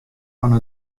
fan